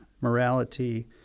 morality